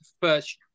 first